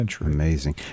Amazing